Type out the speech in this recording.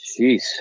Jeez